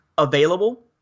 Available